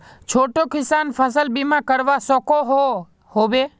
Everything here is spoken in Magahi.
छोटो किसान फसल बीमा करवा सकोहो होबे?